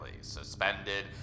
suspended